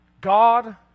God